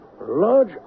large